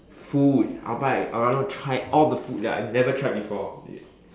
food I will buy I want to try all the food that I never tried before